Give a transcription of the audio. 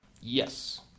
Yes